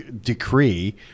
decree